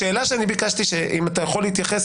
השאלה שאני ביקשתי אם אתה יכול להתייחס